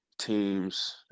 teams